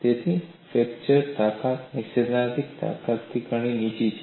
તેની ફ્રેક્ચર તાકાત સૈદ્ધાંતિક તાકાતથી ઘણી નીચે છે